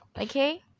Okay